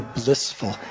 blissful